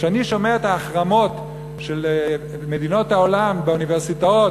כשאני שומע את ההחרמות של מדינות העולם באוניברסיטאות,